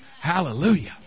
Hallelujah